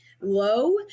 low